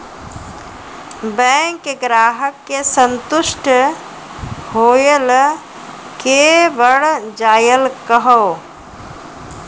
Bank ग्राहक के संतुष्ट होयिल के बढ़ जायल कहो?